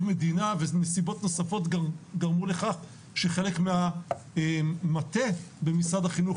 מדינה ונסיבות נוספות גרמו לכך שחלק מהמטה במשרד החינוך